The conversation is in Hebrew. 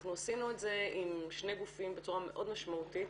אנחנו עשינו את זה עם שני גופים בצורה מאוד משמעותית,